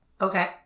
Okay